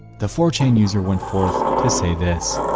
the four chan user went forth to say this